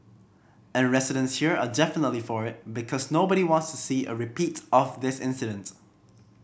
and residents here are definitely for it because nobody wants to see a repeat of this incident